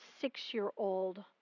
six-year-old